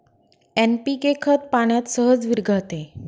NPK खत पाण्यात सहज विरघळते